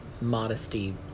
modesty